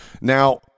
Now